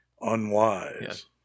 unwise